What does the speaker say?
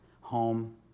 home